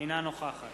אינה נוכחת